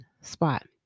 spot